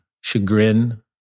chagrin